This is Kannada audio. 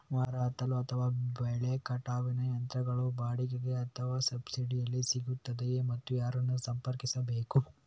ಮರ ಹತ್ತಲು ಅಥವಾ ಬೆಲೆ ಕಟಾವಿನ ಯಂತ್ರಗಳು ಬಾಡಿಗೆಗೆ ಅಥವಾ ಸಬ್ಸಿಡಿಯಲ್ಲಿ ಸಿಗುತ್ತದೆಯೇ ಮತ್ತು ಯಾರನ್ನು ಸಂಪರ್ಕಿಸಬೇಕು?